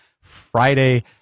Friday